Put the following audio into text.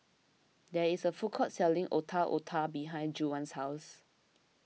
there is a food court selling Otak Otak behind Juwan's house